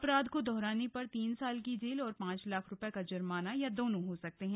अपराध को दोहराने पर तीन साल की जेल और पांच लाख रूपये का जुर्माना या दोनों हो सकता है